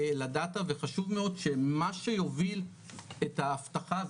ל- DATA וחשוב מאוד שמה שיוביל את האבטחה,